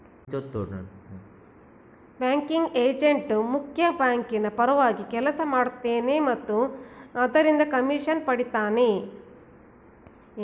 banking agent ಮುಖ್ಯ ಬ್ಯಾಂಕಿನ ಪರವಾಗಿ ಕೆಲಸ ಮಾಡ್ತನೆ ಮತ್ತು ಅದರಿಂದ ಕಮಿಷನ್ ಪಡಿತನೆ